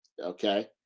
okay